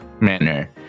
manner